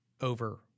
over